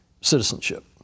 citizenship